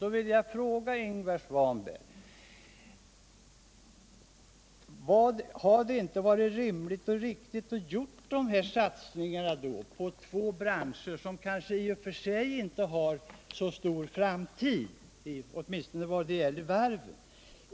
Då vill jag fråga Ingvar Svanberg: Har det inte varit rimligt och riktigt att göra de här sulsningarna på dessa två branscher, som i och för sig kanske inte har så stor framtid. åtminstone vad gäller varven?